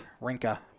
Rinka